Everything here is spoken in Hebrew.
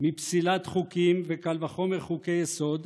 מפסילת חוקים, וקל וחומר חוקי-יסוד.